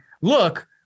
look